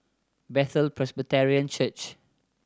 Bethel Presbyterian Church